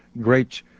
great